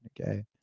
okay